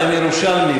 אתם ירושלמים,